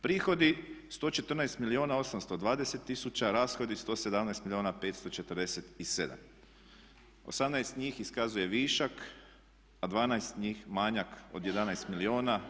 Prihodi 114 milijuna 820 000, rashodi 117 milijuna 547. 18 njih iskazuje višak, a 12 njih manjak od 11 milijuna.